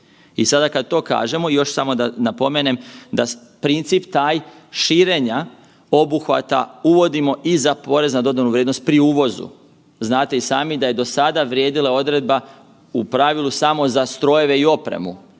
I sada kada to kažemo, još samo da napomenem da princip taj širenja obuhvata uvodimo i za porez na dodanu vrijednost pri uvozu. Znate i sami da je do sada vrijedila odredba u pravilu samo za strojeve i opremu,